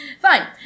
Fine